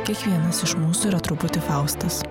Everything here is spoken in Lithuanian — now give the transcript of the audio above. kiekvienas iš mūsų yra truputį faustas